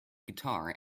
guitar